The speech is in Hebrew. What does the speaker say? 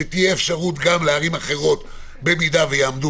שתהיה אפשרות גם לערים אחרות אם הן יעמדו